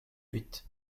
huit